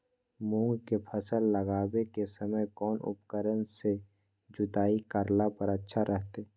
मूंग के फसल लगावे के समय कौन उपकरण से जुताई करला पर अच्छा रहतय?